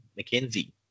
McKenzie